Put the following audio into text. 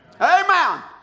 Amen